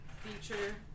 feature